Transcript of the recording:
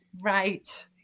Right